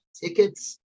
tickets